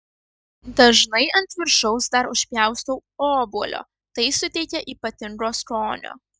dažnai ant viršaus dar užpjaustau obuolio tai suteikia ypatingo skonio